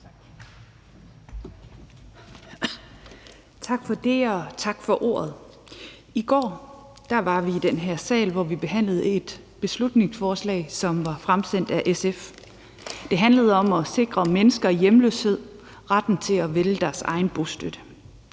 Tak for det, og tak for ordet. I går behandlede vi i den her sal et beslutningsforslag, som var fremsat af SF. Det handlede om at sikre mennesker i hjemløshed retten til at vælge deres egen bostøtte.